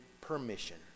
permission